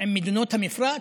עם מדינות המפרץ,